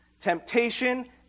Temptation